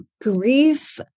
grief